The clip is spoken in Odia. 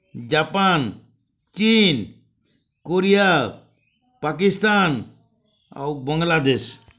ଜାପାନ ଚୀନ କୋରିଆ ପାକିସ୍ତାନ ଆଉ ବାଂଲାଦେଶ